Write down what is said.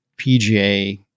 PGA